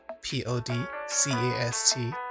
P-O-D-C-A-S-T